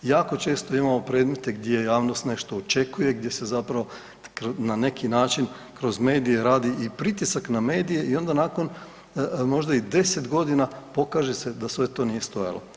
Jako često imamo predmete gdje javnost nešto očekuje, gdje se zapravo na neki način kroz medije radi i pritisak na medije i onda nakon možda i deset godina pokaže se da sve to nije stajalo.